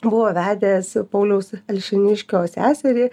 buvo vedęs pauliaus alšėniškio seserį